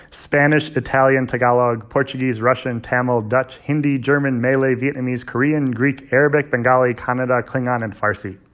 spanish, italian, tagalog, portuguese, russian, tamil, dutch, hindi, german, malay, vietnamese, korean, greek, arabic, bengali, canada, klingon and farsi